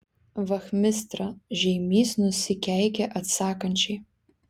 vachmistra žeimys nusikeikė atsakančiai